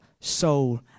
soul